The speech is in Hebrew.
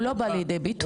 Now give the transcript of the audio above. הוא לא בא לידי ביטוי.